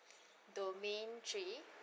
domain three